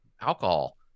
alcohol